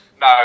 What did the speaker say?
No